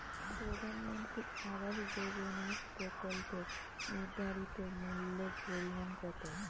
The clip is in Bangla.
প্রধানমন্ত্রী আবাস যোজনার প্রকল্পের নির্ধারিত মূল্যে পরিমাণ কত?